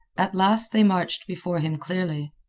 at last they marched before him clearly.